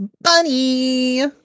Bunny